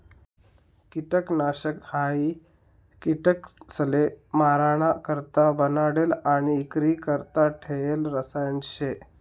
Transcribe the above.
किटकनाशक हायी किटकसले माराणा करता बनाडेल आणि इक्रीकरता ठेयेल रसायन शे